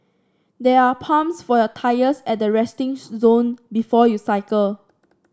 there are pumps for your tyres at the resting zone before you cycle